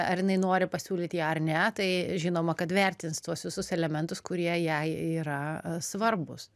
ar jinai nori pasiūlyti ją ar ne tai žinoma kad vertins tuos visus elementus kurie jai yra svarbūs